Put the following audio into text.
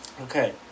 Okay